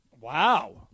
Wow